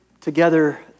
together